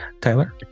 Tyler